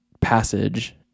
passage